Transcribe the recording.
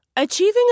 Achieving